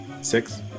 Six